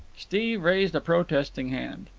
steve raised a protesting hand.